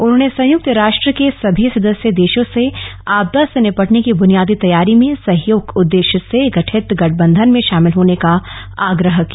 उन्होंने संयुक्त राष्ट्र के सभी सदस्य देशों से आपदा से निपटने की बूनियादी तैयारी में सहयोग के उद्देश्य से गठित गठबंधन में शामिल होने का आग्रह किया